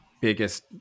biggest